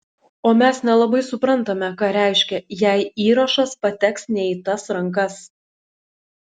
o mes nelabai suprantame ką reiškia jei įrašas pateks ne į tas rankas